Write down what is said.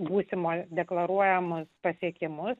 būsimo deklaruojamus pasiekimus